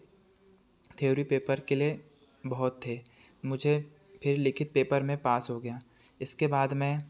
theory paper के लिए बहुत थे मुझे फिर लिखित पेपर में पास हो गया इसके बाद मैं